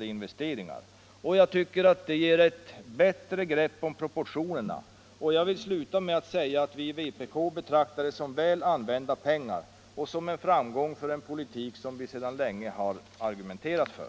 investeringar. Det tycker jag ger ett bättre grepp om proportionerna. Jag vill sluta med att säga att vi i vpk betraktar det som väl använda pengar och som en framgång för en politik som vi länge har pläderat för.